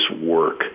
work